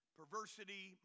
perversity